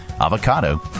avocado